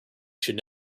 should